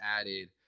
added